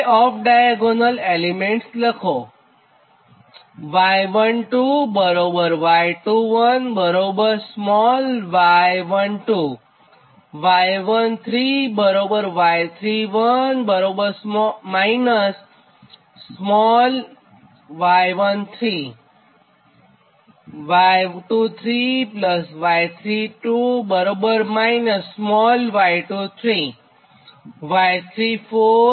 હવે off diagonal off - diagonal elements લખો